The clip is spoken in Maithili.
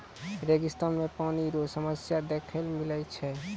रेगिस्तान मे पानी रो समस्या देखै ले मिलै छै